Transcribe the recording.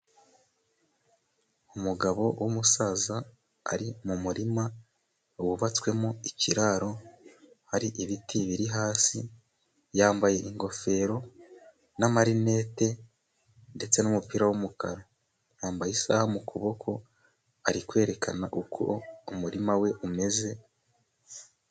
Umugabo w'umusaza, ari mu murima wubatswemo ikiraro, hari ibiti biri hasi, yambaye ingofero, amarinete, ndetse n'umupira wumukara. Yambaye isaha mu kuboko, ari kwerekana uko umurima we umeze.